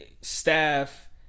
Staff